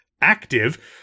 active